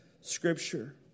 Scripture